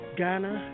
Ghana